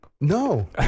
No